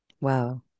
Wow